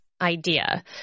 idea